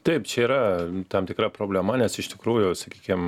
taip čia yra tam tikra problema nes iš tikrųjų sakykim